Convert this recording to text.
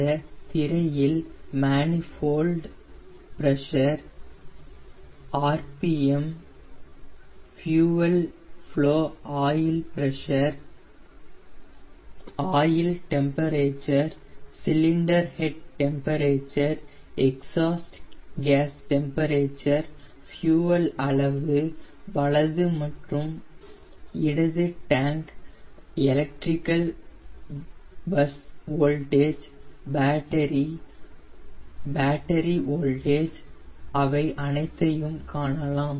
இந்த திரையில் manifold pressure RPM fuel flow oil pressure oil temperature cylinder head temperature exhaust gas temperature fuel அளவு வலது மற்றும் இடது tank electrical bus voltage battery voltage அவை அனைத்தையும் காணலாம்